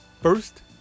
first